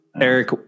Eric